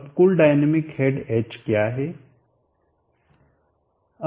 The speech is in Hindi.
अब कुल डायनामिक हेड h क्या है